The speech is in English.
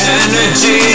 energy